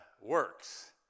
works